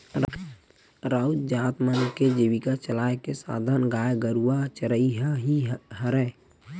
राउत जात मन के जीविका चलाय के साधन गाय गरुवा चरई ह ही हरय